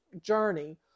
journey